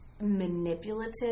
manipulative